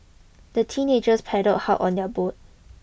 the teenagers paddled hard on their boat